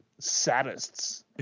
sadists